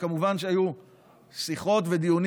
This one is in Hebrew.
זאת אומרת,